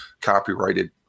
copyrighted